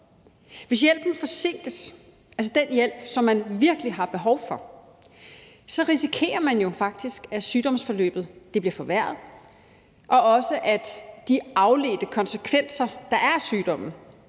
Hvis hjælpen forsinkes – altså den hjælp, som man virkelig har behov for – risikerer man jo faktisk, at sygdomsforløbet bliver forværret, og også, at der er afledte konsekvenser af sygdommen.